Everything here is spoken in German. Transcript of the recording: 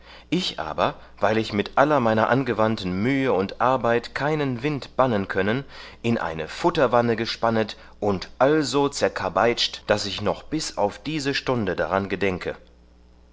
ich aber weil ich mit aller meiner angewandten mühe und arbeit keinen wind bannen können in eine futterwanne gespannet und also zerkarbäitscht daß ich noch bis auf diese stunde daran gedenke